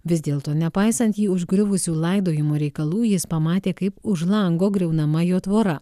vis dėlto nepaisant jį užgriuvusių laidojimo reikalų jis pamatė kaip už lango griaunama jo tvora